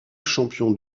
champion